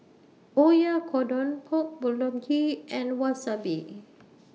Oyakodon Pork Bulgogi and Wasabi